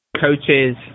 coaches